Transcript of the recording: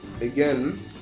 again